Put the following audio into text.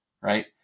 right